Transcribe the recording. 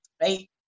Right